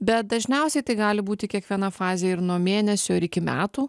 bet dažniausiai tai gali būti kiekviena fazė ir nuo mėnesio ir iki metų